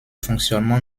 fonctionnement